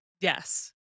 Yes